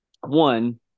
One